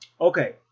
Okay